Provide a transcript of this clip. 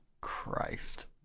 Christ